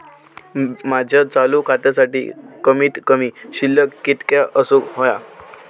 माझ्या चालू खात्यासाठी कमित कमी शिल्लक कितक्या असूक होया?